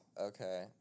Okay